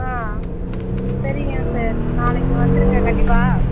ஆ சரிங்க சார் நாளைக்கி வந்துடுங்க கண்டிப்பாக